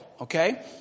okay